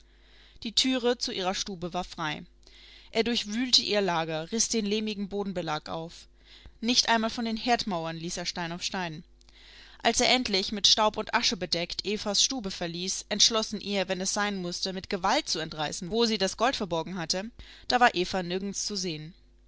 die türe zu ihrer stube war frei er durchwühlte ihr lager riß den lehmigen bodenbelag auf nicht einmal von den herdmauern ließ er stein auf stein als er endlich mit staub und asche bedeckt evas stube verließ entschlossen ihr wenn es sein mußte mit gewalt zu entreißen wo sie das gold verborgen hatte da war eva nirgends zu sehen